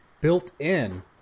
built-in